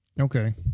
Okay